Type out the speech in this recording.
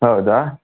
ಹೌದಾ